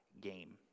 game